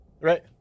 right